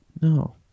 No